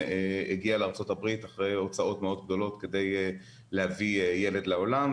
והגיע לארצות הברית אחרי הוצאות מאוד גדולות כדי להביא ילד לעולם.